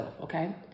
Okay